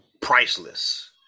priceless